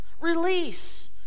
release